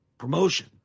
promotion